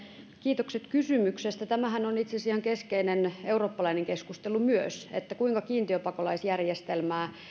kiitokset kysymyksestä tämähän on itse asiassa ihan keskeinen eurooppalainen keskustelu myös että kuinka kiintiöpakolaisjärjestelmää